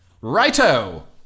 Righto